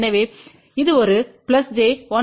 எனவே இது ஒரு ஜே 1